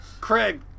Craig